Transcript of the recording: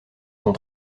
sont